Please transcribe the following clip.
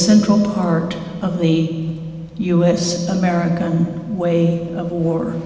central part of the us american way of war